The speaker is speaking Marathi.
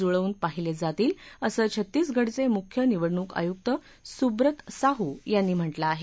जुळवून पाहिले जातील असं छत्तीसगढचे मुख्य निवडणूक आयुक्त सुब्रत साहू यांनी म्हटलं आहे